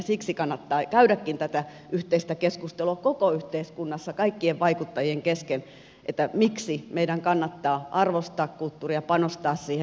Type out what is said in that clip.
siksi kannattaa käydäkin tätä yhteistä keskustelua koko yhteiskunnassa kaikkien vaikuttajien kesken miksi meidän kannattaa arvostaa kulttuuria panostaa siihen